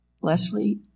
Leslie